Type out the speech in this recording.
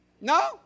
No